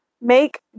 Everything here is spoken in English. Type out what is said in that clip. make